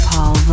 Paul